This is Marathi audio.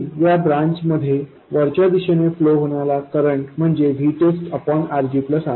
आणि या ब्रांच मध्ये वरच्या दिशेने फ्लो होणारा करंट म्हणजे VTEST RG Rs आहे